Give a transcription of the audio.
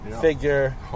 figure